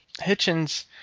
Hitchens